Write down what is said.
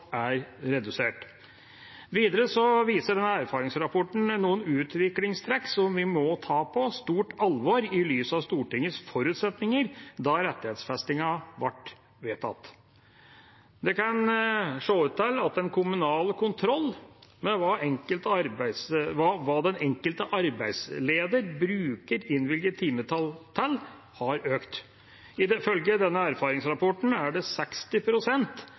er redusert. Videre viser denne erfaringsrapporten noen utviklingstrekk som vi må ta på stort alvor, i lys av Stortingets forutsetninger da rettighetsfestingen ble vedtatt. Det kan se ut til at den kommunale kontrollen med hva den enkelte arbeidsleder bruker innvilget timetall til, har økt. Ifølge denne erfaringsrapporten er det